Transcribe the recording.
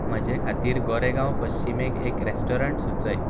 म्हजे खतीर गोरेगांव पश्चिमेक एक रॅस्टोरंट सुचय